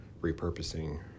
repurposing